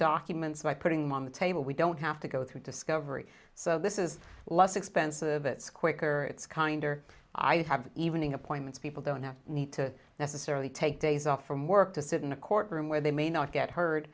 documents by putting me on the table we don't have to go through discovery so this is less expensive it's quicker it's kinder i have even ing appointments people don't have need to necessarily take days off from work to sit in a courtroom where they may not get h